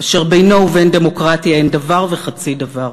אשר בינו ובין דמוקרטיה אין דבר וחצי דבר.